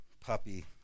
puppy